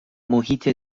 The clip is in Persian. محیط